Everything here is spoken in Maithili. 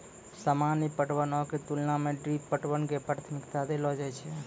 सामान्य पटवनो के तुलना मे ड्रिप पटवन के प्राथमिकता देलो जाय छै